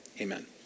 amen